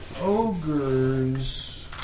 ogres